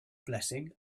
blessing